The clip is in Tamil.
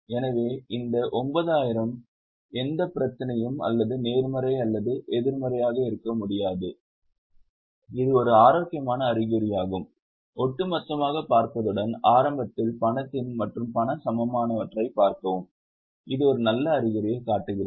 எனவே இந்த 9000 எந்த பிரச்சனையும் அல்லது நேர்மறை அல்லது எதிர்மறையாக இருக்க முடியாது இது ஒரு ஆரோக்கியமான அறிகுறியாகும் ஒட்டுமொத்தமாகப் பார்ப்பதுடன் ஆரம்பத்தில் பணத்தின் மற்றும் பண சமமானவற்றைப் பார்க்கவும் இது ஒரு நல்ல அறிகுறியைக் காட்டுகிறது